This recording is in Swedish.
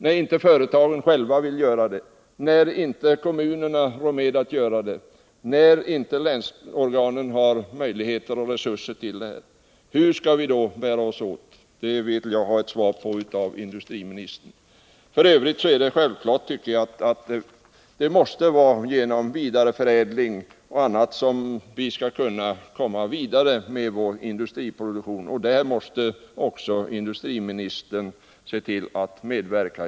När inte företagen vill vidta åtgärder, när inte kommunerna rår med att göra det och när inte länsorganen har möjligheter och resurser till det — hur skall vi då bära oss åt? Den frågan vill jag ha ett svar på av industriministern. F. ö. är det självklart att det måste vara genom vidareförädling o. d. som vi skall kunna komma vidare med vår industriproduktion. Och där måste också industriministern medverka.